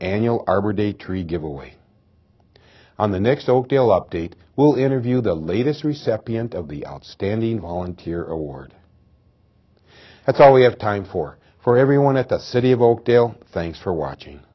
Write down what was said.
annual arbor day tree giveaway on the next oakdale update will interview the latest recep event of the outstanding volunteer award that's all we have time for for everyone at the city of oakdale thanks for watching